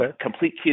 Complete